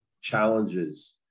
challenges